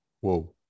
whoa